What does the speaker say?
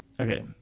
okay